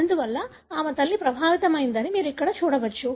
అందువల్ల ఆమె తల్లి ప్రభావితమైందని మీరు ఇక్కడ చూడవచ్చు